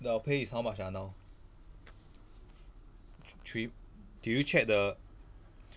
your pay is how much ah now th~ three do you check the